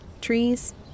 Trees